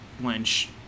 Lynch